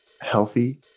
healthy